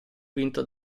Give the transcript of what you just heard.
vinto